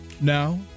Now